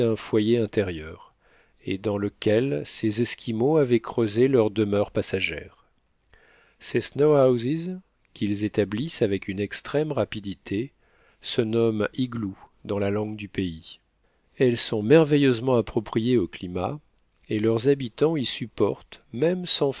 foyer intérieur et dans lequel ces esquimaux avaient creusé leur demeure passagère ces snow houses qu'ils établissent avec une extrême rapidité se nomment igloo dans la langue du pays elles sont merveilleusement appropriées au climat et leurs habitants y supportent même sans